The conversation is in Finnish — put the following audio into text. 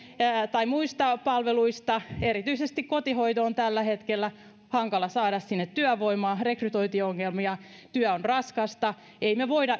tai muista palveluista erityisesti kotihoitoon on tällä hetkellä hankala saada työvoimaa on rekrytointiongelmia työ on raskasta emme me voi